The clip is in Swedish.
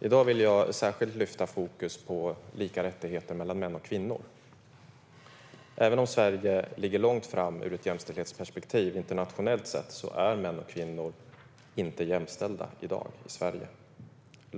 I dag vill jag särskilt sätta fokus på lika rättigheter mellan män och kvinnor. Även om Sverige ur ett jämställdhetsperspektiv ligger långt fram internationellt sett är män och kvinnor inte jämställda i Sverige i dag.